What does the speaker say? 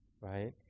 right